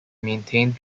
maintained